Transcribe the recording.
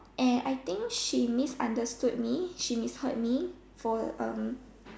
and I think she misunderstood me she misheard me for um